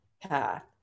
path